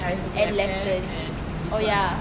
and lesson oh ya